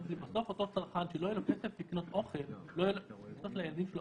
בסוף אותו צרכן שלא יהיה לו כסף לקנות לילדים שלו